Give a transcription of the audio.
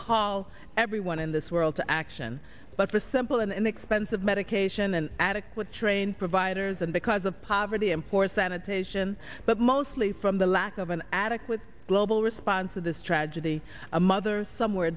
call everyone in this world to action but for a simple and inexpensive medication and adequate train providers and because of poverty import sanitation but mostly from the lack of an addict with global response to this tragedy a mother somewhere